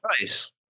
nice